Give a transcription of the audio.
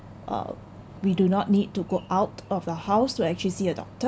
or we do not need to go out of the house to actually see a doctor